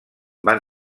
van